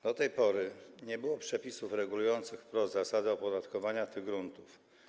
Do tej pory nie było przepisów regulujących wprost zasadę opodatkowania tych gruntów.